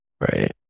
right